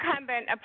incumbent